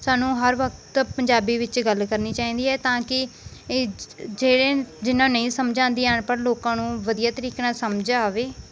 ਸਾਨੂੰ ਹਰ ਵਕਤ ਪੰਜਾਬੀ ਵਿੱਚ ਗੱਲ ਕਰਨੀ ਚਾਹੀਦੀ ਹੈ ਤਾਂ ਕਿ ਇਹ ਜਿਹੜੇ ਜਿਹਨਾਂ ਨੂੰ ਨਹੀਂ ਸਮਝ ਆਉਂਦੀ ਅਨਪੜ੍ਹ ਲੋਕਾਂ ਨੂੰ ਵਧੀਆ ਤਰੀਕੇ ਨਾਲ ਸਮਝ ਆਵੇ